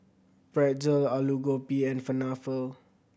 Pretzel Alu Gobi and Falafel